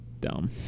dumb